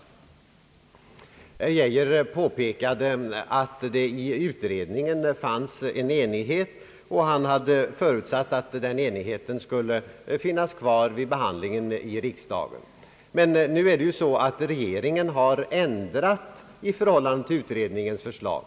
Herr Geijer påpekade att det inom utredningen fanns en enighet, och att han hade förutsatt, att den enigheten skulle finnas kvar vid behandlingen i riksdagen. Men nu är det ju så, att regeringen ändrat i förhållande till utredningens förslag.